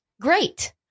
Great